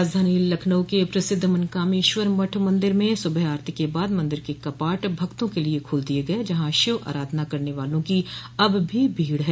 राजधानी लखनऊ के प्रसिद्ध मनकामेश्वर मठ मन्दिर में सूबह आरती के बाद मंदिर के कपाट भक्तों के लिए खोल दिये गये जहां शिव आराधना करने वालों की अब भी भीड़ है